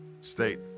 state